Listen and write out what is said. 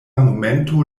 momento